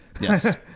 Yes